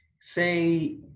say